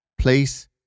Place